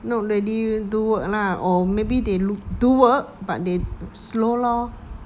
not really do work lah or maybe they lo~ do work but they slow lor